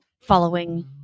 following